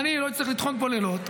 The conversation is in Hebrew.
אני לא אצטרך לטחון פה לילות,